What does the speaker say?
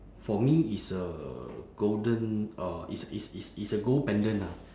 for me is a golden uh is is is is a gold pendant ah